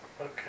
Okay